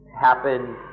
happen